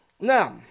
Now